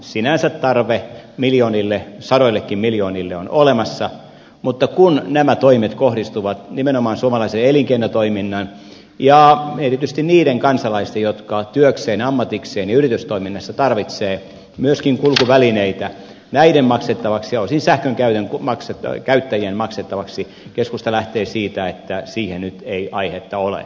sinänsä tarve miljoonille sadoillekin miljoonille on olemassa mutta kun nämä toimet kohdistuvat nimenomaan suomalaisen elinkeinotoiminnan ja erityisesti niiden kansalaisten jotka ovat työkseen ja ammatikseen yritystoiminnassa ja tarvitsevat myöskin kulkuvälineitä maksettavaksi ja osin sähkönkäyttäjien maksettavaksi niin keskusta lähtee siitä että siihen ei nyt aihetta ole